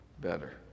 better